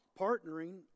partnering